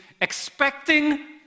expecting